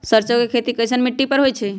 सरसों के खेती कैसन मिट्टी पर होई छाई?